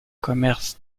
commerce